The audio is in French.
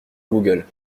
google